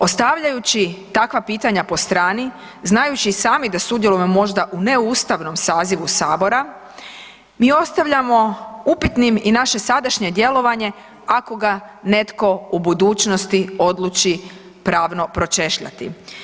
Ostavljajući takva pitanja po strani, znajući sami da sudjelujemo možda u neustavnom sazivu Sabora, mi ostavljamo upitnim i naše sadašnje djelovanje ako ga netko u budućnosti odluči pravno pročešljati.